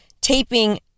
taping